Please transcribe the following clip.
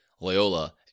Loyola